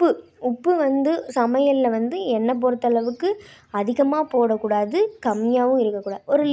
உப்பு உப்பு வந்து சமையலில் வந்து என்னை பொறுத்த அளவுக்கு அதிகமாக போடக்கூடாது கம்மியாகவும் இருக்கக்கூடாது ஒரு